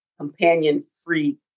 companion-free